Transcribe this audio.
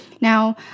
Now